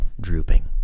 drooping